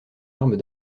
arme